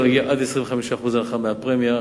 אפשר להגיע עד ל-25% הנחה מהפרמיה,